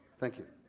thank you.